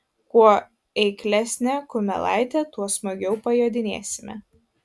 kuo eiklesnė kumelaitė tuo smagiau pajodinėsime